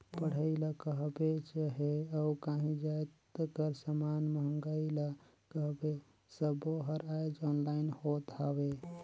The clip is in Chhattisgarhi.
पढ़ई ल कहबे चहे अउ काहीं जाएत कर समान मंगई ल कहबे सब्बों हर आएज ऑनलाईन होत हवें